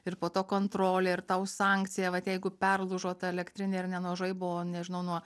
ir po to kontrolė ir tau sankcija vat jeigu perlūžo ta elektrinė ar ne nuo žaibo nežinau nuo